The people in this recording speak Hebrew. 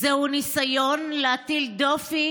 זהו ניסיון להטיל דופי